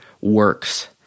works